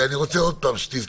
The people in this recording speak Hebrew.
אני רוצה שתזכרו: